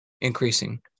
increasing